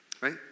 right